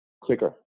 quicker